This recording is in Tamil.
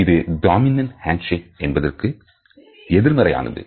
இது டாமினண்ட்ஹேண்ட் சேக் என்பதற்கு எதிர்மறையானது